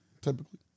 typically